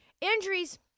Injuries